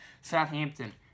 Southampton